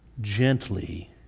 gently